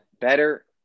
Better